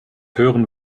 hören